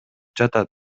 жатат